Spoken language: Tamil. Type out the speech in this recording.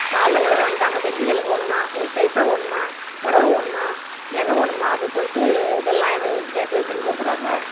காலில் விழறேன் இந்தாங்க வெள்ளி விளக்கு வேணுமா உங்களுக்கு பைசா வேணுமா புடவ வேணுமா நக வேணுமா அப்படினு சொல்லிட்டு இதெல்லாம் எங்களுக்கு கேட்டு துன்புறுத்துறாங்க